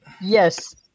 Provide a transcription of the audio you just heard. Yes